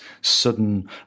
sudden